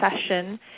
session